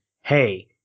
hey